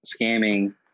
scamming